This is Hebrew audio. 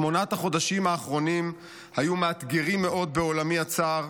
שמונת החודשים האחרונים היו מאתגרים מאוד בעולמי הצר,